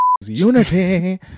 Unity